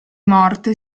morte